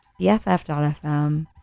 BFF.fm